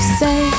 say